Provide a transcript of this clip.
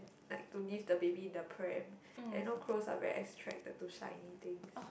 like to leave the baby in the pram and know crows are very attracted to shiny things